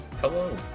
Hello